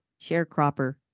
sharecropper